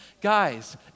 Guys